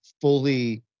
fully